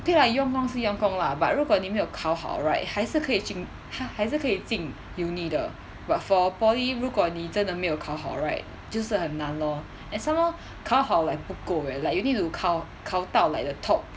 okay lah 用功是用功 lah but 如果你没有考好 right 还是可以进还是可以进 uni 的 but for poly 如果你真的没有考好 right 就是很难 lor and somehow 考好 like 不够 leh like you need to 考考到 like the top